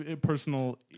personal